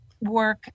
work